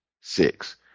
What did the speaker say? Six